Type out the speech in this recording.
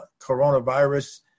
coronavirus